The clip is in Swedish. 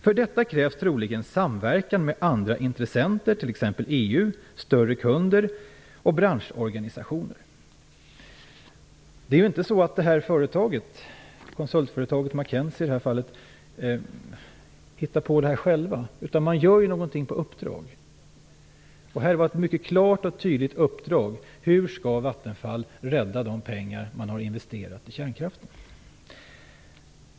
För detta krävs troligen samverkan med andra intressenter, t.ex. EU, större kunder, branschorganisationer Det är inte så att företaget, i det här fallet konsultföretaget McKinsey, hittar på det här självt, utan det gör någonting på uppdrag. Här var det ett klart och tydligt uppdrag: Hur skall Vattenfall rädda de pengar man har investerat i kärnkraften?